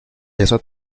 esa